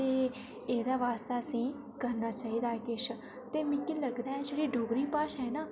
ते एह्दे वास्तै असें करना चाहिदा केश ते इ'यां मिगी लगदा जेह्ड़े डोगरी भाशा ऐ न